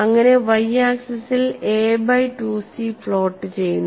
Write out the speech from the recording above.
അങ്ങനെ Y ആക്സിസിൽ A by 2 C plot ചെയ്യുന്നു